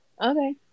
Okay